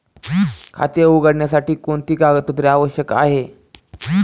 खाते उघडण्यासाठी कोणती कागदपत्रे आवश्यक आहे?